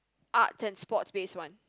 art and sports based one